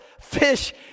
fish